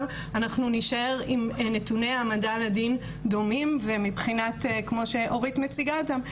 אנחנו נישאר עם נתוני העמדה לדין ומים ומבחינת כמו שאורית מציגה אותם,